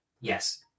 Yes